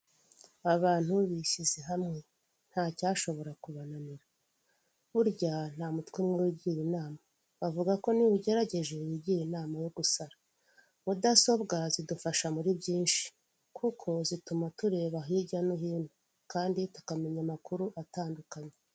Abantu bishyize hamwe, nta cyashobora kubananira. Burya nta mutwe umwe wigira inama! Bavuga ko n'iyo ubigerageje wigira inama yo gusara. Mudasobwa zitufasha muri byinshi. Kuko zituma tureba hirya no hino. Kandi tukamenya amakuru atandukanye.